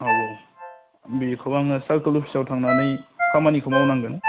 औ औ बेखौ आङो सार्कोल अफिसाव थांनानै खामानिखौ मावनांगोन